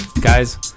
guys